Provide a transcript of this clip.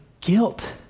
guilt